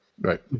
Right